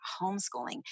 homeschooling